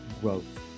growth